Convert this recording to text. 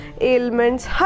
ailments